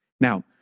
Now